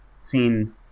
seen